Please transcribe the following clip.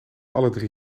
alledrie